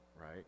right